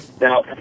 Now